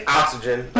oxygen